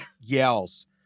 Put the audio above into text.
yells